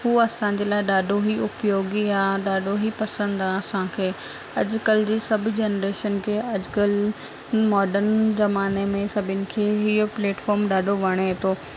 हू असांजे लाइ ॾाढो ई उपयोगी आहे ॾाढो ई पसंदि आहे असांखे अॼुकल्ह जी सभु जनरेशन खे अॼुकल्ह मॉडन ज़माने में सभिनी खे इहो प्लैटफ़ॉम ॾाढो वणे थो